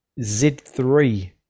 Z3